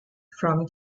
from